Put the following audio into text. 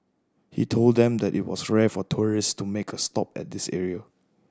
he told them that it was rare for tourists to make a stop at this area